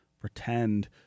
pretend